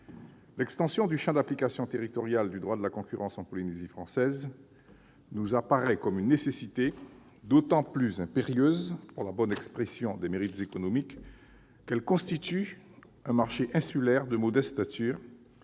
L'extension du champ d'application territorial du droit de la concurrence à la Polynésie française nous apparaît comme une nécessité d'autant plus impérieuse, au regard de la bonne expression des mérites économiques, que ce territoire constitue un marché insulaire de modeste stature